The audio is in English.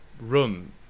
run